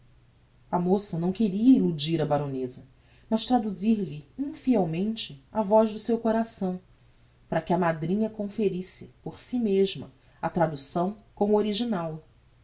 a moça não queria illudir a baroneza mas traduzir lhe infielmente a voz de seu coração para que a madrinha conferisse por si mesma a traducção com o original